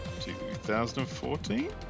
2014